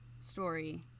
story